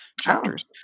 chapters